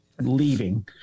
leaving